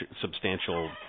substantial